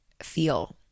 feel